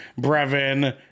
Brevin